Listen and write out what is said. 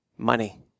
money